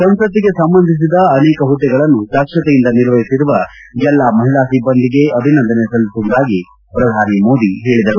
ಸಂಸತ್ತಿಗೆ ಸಂಬಂಧಿಸಿದ ಅನೇಕ ಹುದ್ದೆಗಳನ್ನು ದಕ್ಷತೆಯಿಂದ ನಿರ್ವಹಿಸಿರುವ ಎಲ್ಲ ಮಹಿಳಾ ಸಿಬ್ಬಂದಿಗೆ ಅಭಿನಂದನೆ ಸಲ್ಲಿಸುವುದಾಗಿ ಪ್ರಧಾನಿ ಮೋದಿ ಹೇಳಿದರು